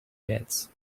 beds